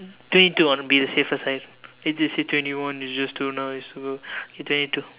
twenty two I want to be on the safer side later say twenty one it's just too nice so okay twenty two